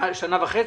שנה וחצי?